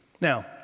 Now